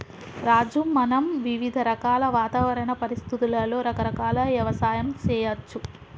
రాజు మనం వివిధ రకాల వాతావరణ పరిస్థితులలో రకరకాల యవసాయం సేయచ్చు